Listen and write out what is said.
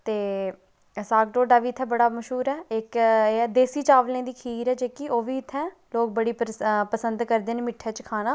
ते साग ढोड्डा बीा इत्थें बड़ा मश्हूर ऐ देसी चावलें दी खीर ऐ जेह्की ओह्बी इत्थें लोक बड़े पसंद करदे न मिट्ठे च खाना